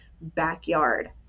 backyard